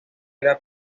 era